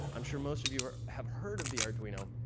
i'm sure most of you have heard of the arduino.